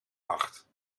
acht